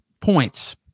points